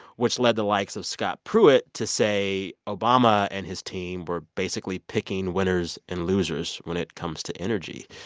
which led the likes of scott pruitt to say obama and his team were basically picking winners and losers when it comes to energy.